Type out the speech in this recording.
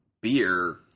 beer